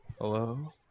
Hello